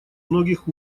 многих